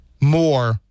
more